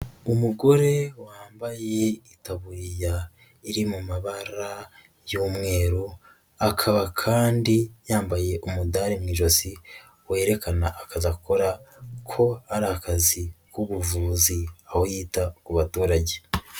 Umugore wambaye itaburiya iri mu mabara y'umweru, akaba kandi yambaye umudari mu ijosi werekana akazi akora ko ari akazi k'ubuvuzi aho yita ku baturage.